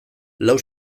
lau